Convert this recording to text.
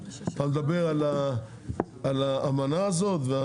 אתה מדבר על האמנה הזאת?